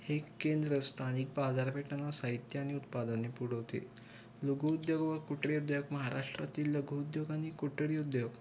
हे केंद्र स्थानिक बाजारपेठाना साहित्य आणि उत्पादने पुरवते लघुद्योग व कुटिरोद्योग महाराष्ट्रातील लघुद्योग आनि कुटिरोद्योग